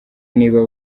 niba